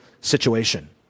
situation